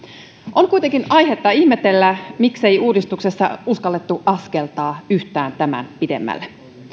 on kuitenkin aihetta ihmetellä miksei uudistuksessa uskallettu askeltaa yhtään tämän pidemmälle